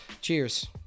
Cheers